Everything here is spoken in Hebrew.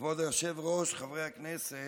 כבוד היושב-ראש, חברי הכנסת,